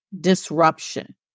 disruption